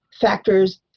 factors